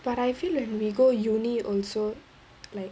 but I feel like we go uni also like